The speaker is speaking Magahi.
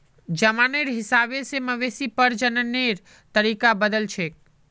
जमानार हिसाब से मवेशी प्रजननेर तरीका बदलछेक